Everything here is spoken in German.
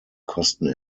kosten